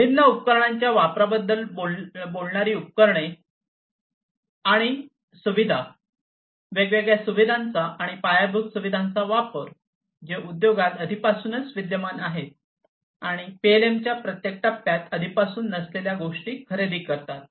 भिन्न उपकरणाच्या वापराबद्दल बोलणारी उपकरणे आणि सुविधा वेगवेगळ्या सुविधांचा आणि पायाभूत सुविधांचा वापर जे उद्योगात आधीपासूनच विद्यमान आहेत आणि पीएलएमच्या प्रत्येक टप्प्यात आधीपासून नसलेल्या गोष्टी खरेदी करतात